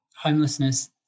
homelessness